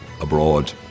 abroad